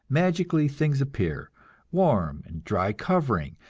magically, things appear warm and dry covering,